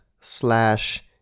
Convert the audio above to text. slash